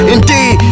Indeed